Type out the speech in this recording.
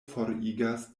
forigas